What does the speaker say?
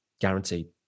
Guaranteed